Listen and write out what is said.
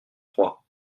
trois